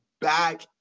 back